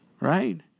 Right